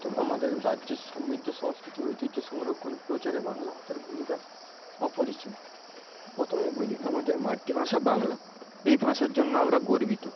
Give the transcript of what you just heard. আমাদের রাজ্যের সমৃদ্ধ সংস্কৃতি ঐতিহ্য সংরক্ষণ প্রচারে বাংলা ভাষার ভূমিকা অপরিসীম পথমেই বলি আমাদের মাতৃভাষা বাংলা এই ভাষার জন্য আমরা গর্বিত